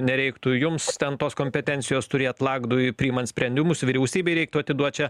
nereiktų jums ten tos kompetencijos turėt lakdui priimant sprendimus vyriausybei reiktų atiduot čia